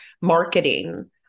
marketing